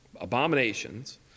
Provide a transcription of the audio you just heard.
abominations